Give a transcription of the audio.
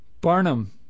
Barnum